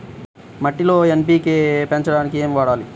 మట్టిలో ఎన్.పీ.కే పెంచడానికి ఏమి వాడాలి?